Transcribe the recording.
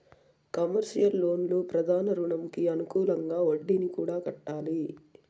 commercial లోన్లు ప్రధాన రుణంకి అనుకూలంగా వడ్డీని కూడా కట్టాలి